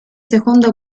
seconda